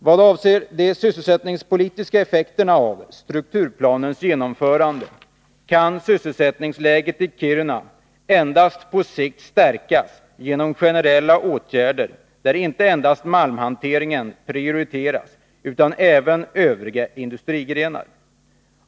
Vad avser de sysselsättningspolitiska effekterna av strukturplanens genomförande, kan sysselsättningsläget i Kiruna endast på sikt stärkas genom generella åtgärder där inte endast malmhanteringen prioriteras utan även Övriga industrigrenar.